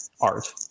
art